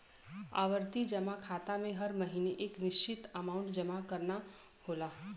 आवर्ती जमा खाता में हर महीने एक निश्चित अमांउट जमा करना होला